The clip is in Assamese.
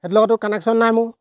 সেইটো লগততো কানেকশ্যন নাই মোৰ